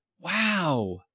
Wow